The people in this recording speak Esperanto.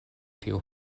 tiu